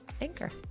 Anchor